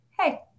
hey